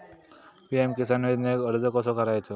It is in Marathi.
पी.एम किसान योजनेक अर्ज कसो करायचो?